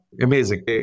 Amazing